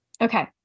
Okay